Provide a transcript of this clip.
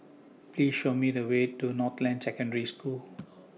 Please Show Me The Way to Northland Secondary School